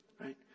Right